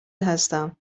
هستم